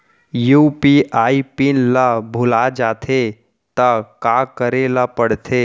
UPI PIN ल भुला जाथे त का करे ल पढ़थे?